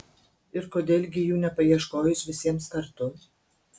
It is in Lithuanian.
ir kodėl gi jų nepaieškojus visiems kartu